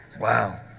Wow